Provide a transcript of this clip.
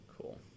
Cool